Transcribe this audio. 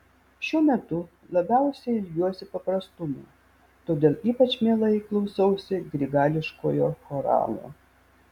šiuo metu labiausiai ilgiuosi paprastumo todėl ypač mielai klausausi grigališkojo choralo